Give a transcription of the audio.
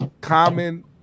common